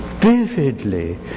vividly